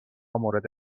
مورد